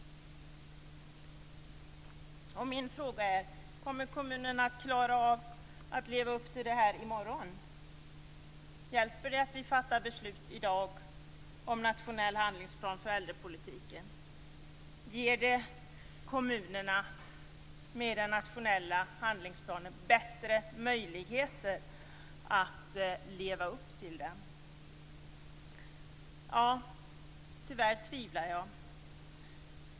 Min fråga är: Kommer kommunen att klara av att leva upp till det här i morgon? Hjälper det att vi fattar beslut i dag om en nationell handlingsplan för äldrepolitiken? Ger det kommunerna bättre möjligheter - med en nationell handlingsplan - att leva upp till detta? Tyvärr tvivlar jag.